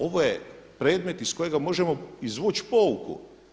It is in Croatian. Ovo je predmet iz kojega možemo izvući pouku.